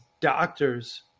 doctors